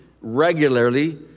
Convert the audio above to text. regularly